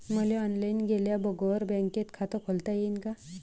मले ऑनलाईन गेल्या बगर बँकेत खात खोलता येईन का?